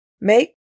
make